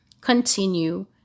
continue